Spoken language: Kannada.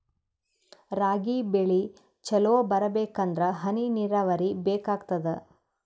ರಾಗಿ ಬೆಳಿ ಚಲೋ ಬರಬೇಕಂದರ ಹನಿ ನೀರಾವರಿ ಬೇಕಾಗತದ?